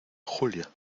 julia